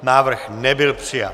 Návrh nebyl přijat.